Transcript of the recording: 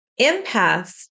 empaths